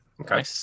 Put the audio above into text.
Okay